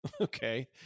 okay